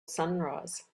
sunrise